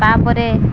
ତା'ପରେ